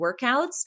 workouts